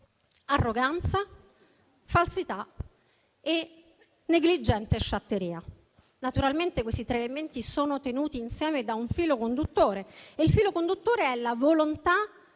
arroganza, falsità e negligente sciatteria. Naturalmente questi tre elementi sono tenuti insieme dal filo conduttore della volontà